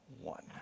one